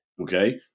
Okay